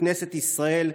מכנסת ישראל.